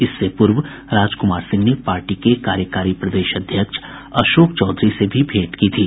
इससे पूर्व राजकुमार सिंह ने पार्टी के कार्यकारी प्रदेश अध्यक्ष अशोक चौधरी से भी भेंट की थी